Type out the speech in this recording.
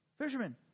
fishermen